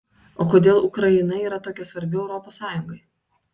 o kodėl ukraina yra tokia svarbi europos sąjungai